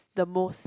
the most